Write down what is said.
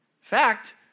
fact